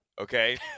Okay